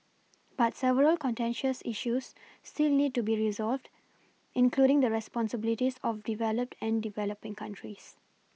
but several contentious issues still need to be resolved including the responsibilities of developed and develoPing countries